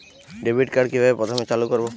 Debit card কিভাবে প্রথমে চালু করব?